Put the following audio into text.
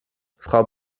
frau